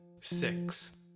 six